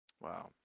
Wow